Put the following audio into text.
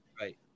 right